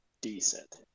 decent